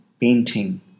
painting